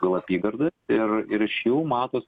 dėl apygardų ir ir iš jų matos